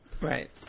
Right